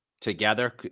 together